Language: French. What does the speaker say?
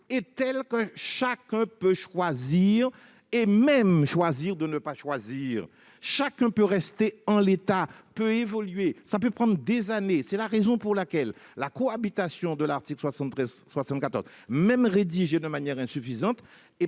sont telles que chacun peut choisir et même choisir de ne pas choisir ! Chacun peut rester en l'état, chacun peut évoluer ; ça peut prendre des années. C'est la raison pour laquelle la présente proposition de cohabitation des articles 73 et 74, même rédigée de manière insuffisante, est